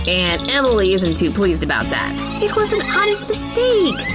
and emily isn't too pleased about that. it was an honest mistake!